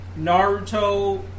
Naruto